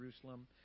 Jerusalem